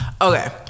Okay